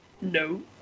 no